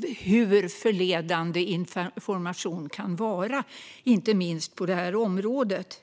hur förledande information kan vara, inte minst på det här området.